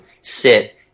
sit